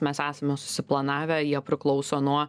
mes esame susiplanavę jie priklauso nuo